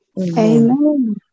Amen